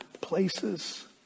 places